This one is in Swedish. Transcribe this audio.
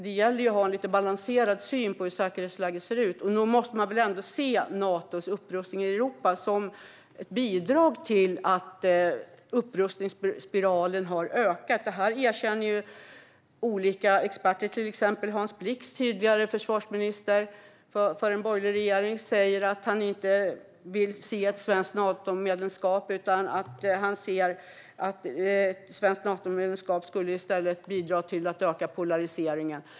Det gäller att ha en lite balanserad syn på säkerhetsläget. Och nog måste väl Natos upprustning i Europa ses som ett bidrag till att upprustningen har ökat. Det erkänner olika experter. Till exempel säger Hans Blix, tidigare utrikesminister i en borgerlig regering, att han inte vill se ett svenskt medlemskap i Nato eftersom det skulle bidra till att öka polariseringen.